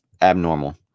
abnormal